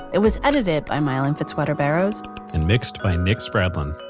it was edited by miellyn fitzwater barrows and mixed by nick spradlin